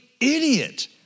idiot